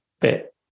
bit